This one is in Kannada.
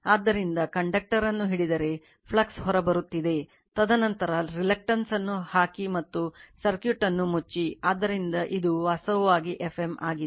ಆದ್ದರಿಂದ ಕಂಡಕ್ಟರ್ ಅನ್ನು ಹಿಡಿದರೆ ಫ್ಲಕ್ಸ್ ಹೊರಬರುತ್ತಿದೆ ತದನಂತರ reluctance ಅನ್ನು ಹಾಕಿ ಮತ್ತು ಸರ್ಕ್ಯೂಟ್ ಅನ್ನು ಮುಚ್ಚಿ ಆದ್ದರಿಂದ ಇದು ವಾಸ್ತವವಾಗಿ Fm ಆಗಿದೆ